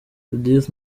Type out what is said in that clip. judith